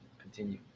continue